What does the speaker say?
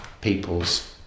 People's